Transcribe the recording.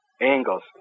angles